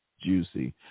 Juicy